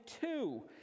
two